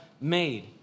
made